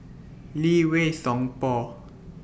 Lee Wei Song Paul